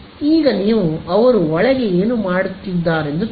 ಈಗ ನೀವು ಅವರು ಒಳಗೆ ಏನು ಮಾಡುತ್ತಿದ್ದಾರೆಂದು ತಿಳಿಯಿರಿ